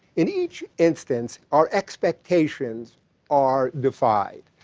in each instance, our expectations are defied.